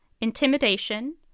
Intimidation